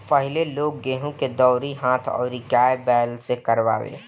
पहिले लोग गेंहू के दवरी हाथ अउरी गाय बैल से करवावे